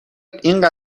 این